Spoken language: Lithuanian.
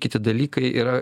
kiti dalykai yra